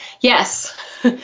yes